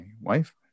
wife